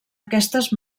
aquestes